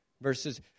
Verses